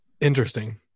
Interesting